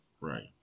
right